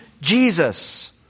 Jesus